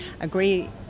agree